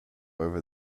over